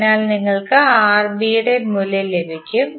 അതിനാൽ നിങ്ങൾക്ക് Rb യുടെ മൂല്യം ലഭിക്കും